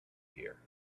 here